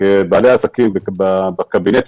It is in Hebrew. כבעלי עסקים בקבינט.